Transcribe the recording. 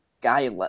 guy